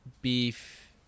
beef